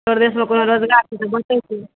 परदेसमे कोनो रोजगार छै तऽ बचय छै